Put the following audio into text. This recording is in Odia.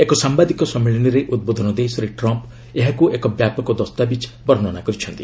ଏକ ସାମ୍ବାଦିକ ସମ୍ମିଳନୀରେ ଉଦ୍ବୋଧନ ଦେଇ ଶ୍ରୀ ଟ୍ରମ୍ପ୍ ଏହାକୁ ଏକ ବ୍ୟାପକ ଦସ୍ତାବିଜ୍ ବର୍ଣ୍ଣନା କରିଛନ୍ତି